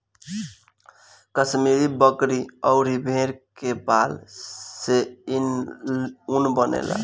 कश्मीरी बकरी अउरी भेड़ के बाल से इ ऊन बनेला